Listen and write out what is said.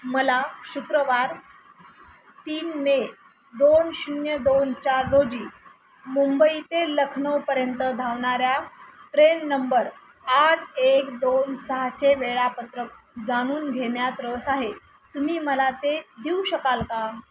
मला शुक्रवार तीन मे दोन शून्य दोन चार रोजी मुंबई ते लखनौपर्यंत धावणाऱ्या ट्रेन नंबर आठ एक दोन सहाचे वेळापत्रक जाणून घेण्यात रस आहे तुम्ही मला ते देऊ शकाल का